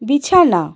বিছানা